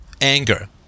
anger